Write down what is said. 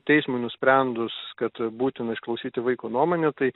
teismui nusprendus kad būtina išklausyti vaiko nuomonę tai